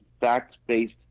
fact-based